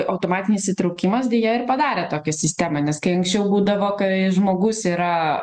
automatinis įtraukimas deja ir padarė tokią sistemą nes kai anksčiau būdavo kai žmogus yra